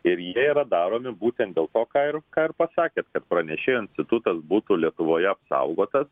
ir jie yra daromi būtent dėl to ką ir ką pasakėt kad pranešėjo institutas būtų lietuvoje apsaugotas